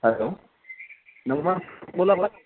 hello नमस्कार बोला बोला